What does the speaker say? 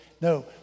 No